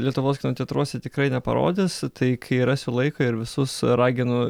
lietuvos kino teatruose tikrai neparodys tai kai rasiu laiko ir visus raginu